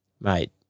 mate